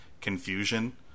confusion